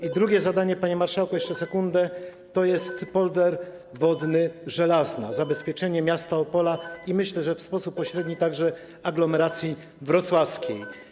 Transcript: I drugie zadanie - panie marszałku, jeszcze sekundę - to jest polder wodny Żelazna, zabezpieczenie miasta Opola, myślę, w sposób pośredni także aglomeracji wrocławskiej.